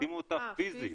החתימו אותה פיזית.